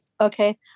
Okay